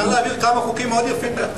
אפשר להעביר כמה חוקים מאוד יפים.